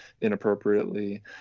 inappropriately